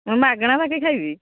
ମୁଁ ମାଗଣା ବାକି ଖାଇବି